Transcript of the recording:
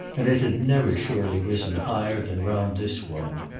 and it had never surely risen higher than round this woman.